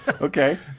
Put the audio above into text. Okay